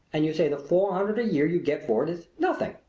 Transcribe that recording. and you say the four hundred a year you get for it is nothing.